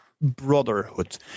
Brotherhood